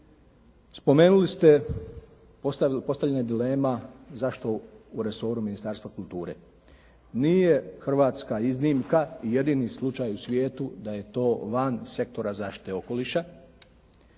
Spomenuli ste postavljanje dilema zašto u resoru Ministarstva kulture? Nije Hrvatska iznimka. Jedini slučaj u svijetu da je to van sektora zaštite okoliša.